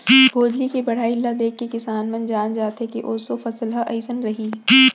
भोजली के बड़हई ल देखके किसान मन जान जाथे के ऑसो फसल ह अइसन रइहि